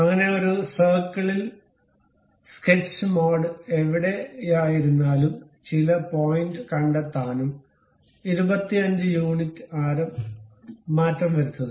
അങ്ങനെ ഒരു സർക്കിളിൽ സ്കെച്ച് മോഡ് എവിടെയായിരുന്നാലും ചില പോയിന്റ് കണ്ടെത്താനും 25 യൂണിറ്റ് ആരം മാറ്റംവരുത്തുക